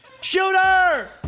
Shooter